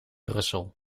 brussel